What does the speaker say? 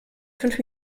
fünf